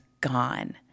gone